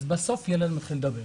אז בסוף ילד מתחיל לדבר.